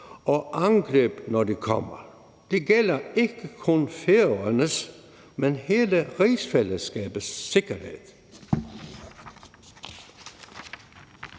og angreb, når de kommer. Det gælder ikke kun Færøernes, men hele rigsfællesskabets sikkerhed.